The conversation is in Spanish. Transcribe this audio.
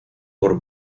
por